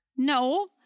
No